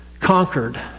conquered